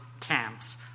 Camps